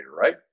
right